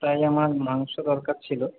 তাই আমার মাংস দরকার ছিল